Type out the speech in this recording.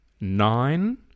nine